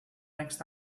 next